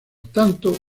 tanto